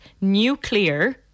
nuclear